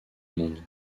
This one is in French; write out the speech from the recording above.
monde